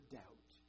doubt